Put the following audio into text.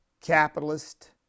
capitalist